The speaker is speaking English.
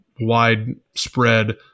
widespread